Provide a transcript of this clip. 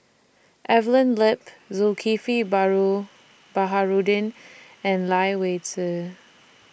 Evelyn Lip Zulkifli Baharudin and Lai Weijie